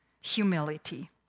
Humility